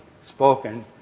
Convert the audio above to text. spoken